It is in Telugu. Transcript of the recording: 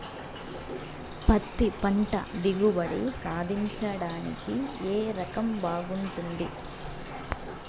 పత్తి పంట దిగుబడి సాధించడానికి ఏ రకం బాగుంటుంది?